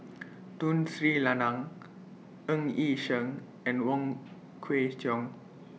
Tun Sri Lanang Ng Yi Sheng and Wong Kwei Cheong